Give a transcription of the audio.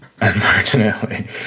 Unfortunately